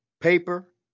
paper